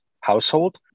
household